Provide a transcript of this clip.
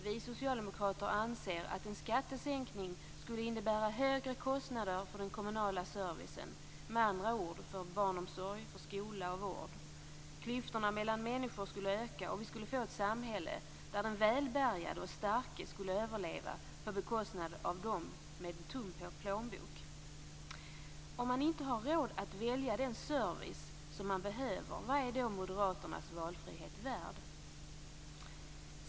Vi socialdemokrater anser att en skattesänkning skulle innebära högre kostnader för den kommunala servicen, med andra ord för barnomsorg, skola och vård. Klyftorna mellan människor skulle öka, och vi skulle få ett samhälle där den välbärgade och starke skulle överleva på bekostnad av de med en tom plånbok. Om man inte har råd att välja den service som man behöver, vad är då Moderaternas valfrihet värd?